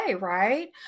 right